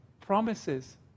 promises